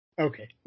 Okay